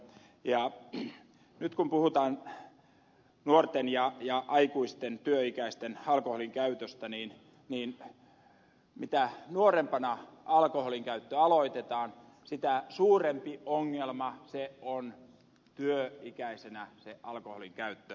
nyt kun puhutaan nuorten ja aikuisten työikäisten alkoholin käytöstä niin mitä nuorempana alkoholin käyttö aloitetaan sitä suurempi ongelma työikäisenä on alkoholin käyttö